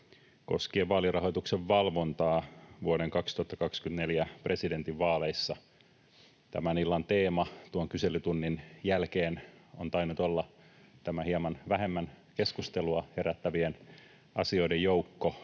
koskien vaalirahoituksen valvontaa vuoden 2024 presidentinvaaleissa. Tämän illan teema kyselytunnin jälkeen on tainnut olla tämä hieman vähemmän keskustelua herättävien asioiden joukko.